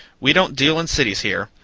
we don't deal in cities here.